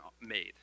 made